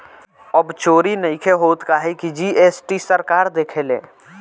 अब चोरी नइखे होत काहे की जी.एस.टी सरकार देखेले